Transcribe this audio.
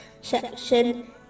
section